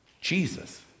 Jesus